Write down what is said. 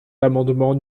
l’amendement